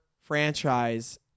franchise